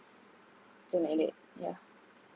open minded yeah